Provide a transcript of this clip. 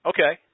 Okay